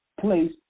place